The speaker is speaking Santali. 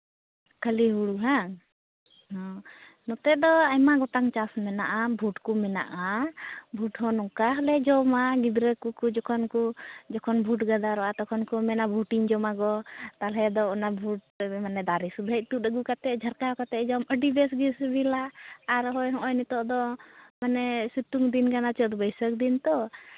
ᱠᱷᱟᱹᱞᱤ ᱦᱩᱲᱩ ᱦᱮᱸᱵᱟᱝ ᱦᱚᱸ ᱱᱚᱛᱮ ᱫᱚ ᱟᱭᱢᱟ ᱜᱚᱴᱟᱝ ᱪᱟᱥ ᱢᱮᱱᱟᱜᱼᱟ ᱵᱷᱩᱴ ᱠᱚ ᱢᱮᱱᱟᱜᱼᱟ ᱵᱷᱩᱴ ᱦᱚᱸ ᱱᱚᱝᱠᱟ ᱦᱚᱸᱞᱮ ᱡᱚᱢᱟ ᱜᱤᱫᱽᱨᱟᱹ ᱠᱚᱠᱚ ᱡᱚᱠᱷᱚᱱ ᱠᱚ ᱡᱚᱠᱷᱚᱱ ᱵᱷᱩᱴ ᱜᱟᱫᱟᱨᱚᱜᱼᱟ ᱛᱚᱠᱷᱚᱱ ᱠᱚ ᱢᱮᱱᱟ ᱵᱷᱩᱴᱤᱧ ᱡᱚᱢᱟ ᱜᱚ ᱛᱟᱦᱞᱮ ᱫᱚ ᱚᱱᱟ ᱵᱷᱩᱴ ᱫᱟᱨᱮ ᱥᱩᱫᱷᱟᱹᱜ ᱛᱩᱜᱫ ᱟᱹᱜᱩ ᱠᱟᱛᱮᱫ ᱡᱷᱟᱠᱟᱣ ᱠᱟᱛᱮᱫ ᱡᱚᱢ ᱟᱹᱰᱤ ᱵᱮᱥᱜᱮ ᱥᱤᱵᱤᱞᱟ ᱟᱨᱦᱚᱸ ᱱᱤᱛᱚᱜᱫᱚ ᱢᱟᱱᱮ ᱥᱤᱛᱩᱝ ᱫᱤᱱ ᱠᱟᱱᱟ ᱪᱟᱹᱛ ᱵᱟᱹᱭᱥᱟᱹᱠᱷ ᱫᱤᱱ ᱛᱚ